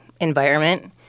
environment